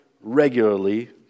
regularly